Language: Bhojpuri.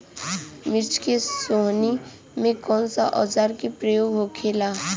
मिर्च के सोहनी में कौन सा औजार के प्रयोग होखेला?